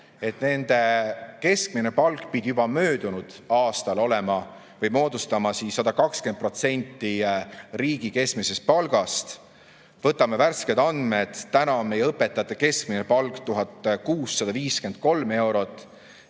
et nende keskmine palk pidi juba möödunud aastal moodustama 120% riigi keskmisest palgast. Võtame värsked andmed. Täna on meie õpetajate keskmine palk 1653 eurot